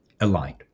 Aligned